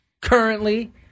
Currently